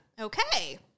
Okay